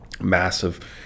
massive